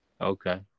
Okay